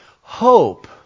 hope